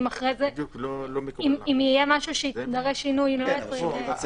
אם יהיה משהו שידרוש שינוי --- מבחינה